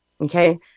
okay